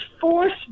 force